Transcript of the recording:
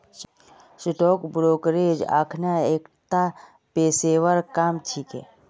stock brokerage अखना एकता पेशेवर काम छिके